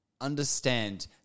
understand